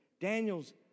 Daniel's